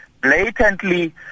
blatantly